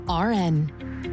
RN